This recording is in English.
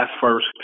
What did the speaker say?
first